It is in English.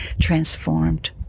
transformed